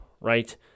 right